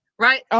right